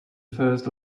first